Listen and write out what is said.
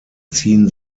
ziehen